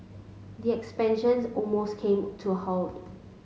the expansions almost came to a halt